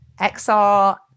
XR